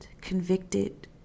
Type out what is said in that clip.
convicted